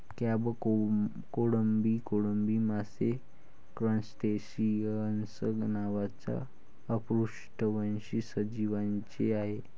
crab, कोळंबी, कोळंबी मासे क्रस्टेसिअन्स नावाच्या अपृष्ठवंशी सजीवांचे आहेत